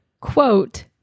quote